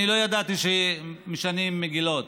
אני לא ידעתי שמשנים מגילות.